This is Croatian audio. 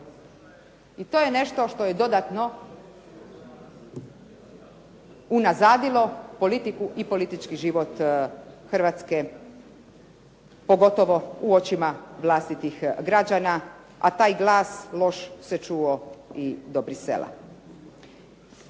I to je nešto što je unazadilo politiku i politički život Hrvatske, pogotovo u očima vlastitih građana, a taj glas loš se čuo i do Bruxellesa.